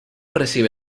recibe